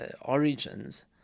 origins